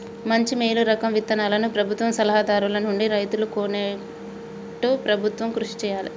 మంచి మేలు రకం విత్తనాలను ప్రభుత్వ సలహా దారుల నుండి రైతులు కొనేట్టు ప్రభుత్వం కృషి చేయాలే